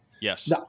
Yes